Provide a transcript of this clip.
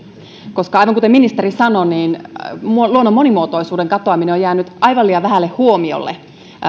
koska aivan kuten ministeri sanoi luonnon monimuotoisuuden katoaminen on jäänyt aivan liian vähälle huomiolle